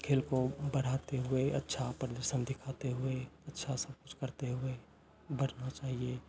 खेल को बढ़ाते हुए अच्छा प्रदर्शन दिखाते हुए अच्छा सब कुछ करते हुए बढ़ना चाहिए